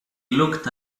looked